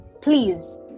please